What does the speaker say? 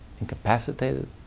Incapacitated